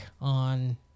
on